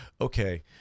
okay